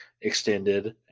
extended